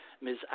Ms